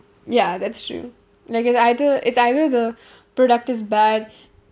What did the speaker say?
ya that's true like it's either it's either the product is bad